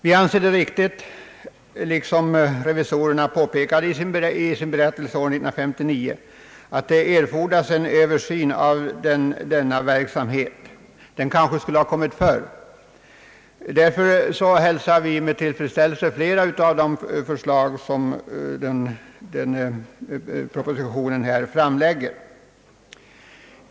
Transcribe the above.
Vi anser det riktigt — såsom revisorerna påpekade i sin berättelse år 1959 — att det erfordras en översyn av denna verksamhet. Den skulle kanske ha kommit förr. Därför hälsar vi med tillfredsställelse flera av de förslag som propositionen här framlägger.